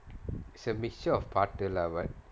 some mixture of partner lah but